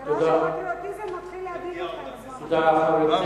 אני אמרתי: הפטריוטיזם מתחיל להדאיג אתכם, נכון.